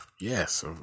Yes